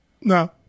No